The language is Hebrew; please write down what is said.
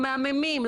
המהממים.